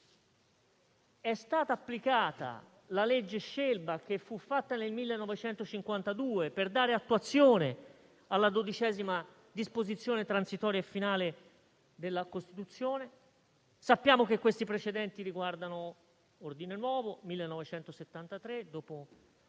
è stata applicata la cosiddetta legge Scelba, che fu fatta nel 1952 per dare attuazione alla XII disposizione transitoria e finale della Costituzione. Sappiamo che questi precedenti riguardano Ordine Nuovo nel 1973, dopo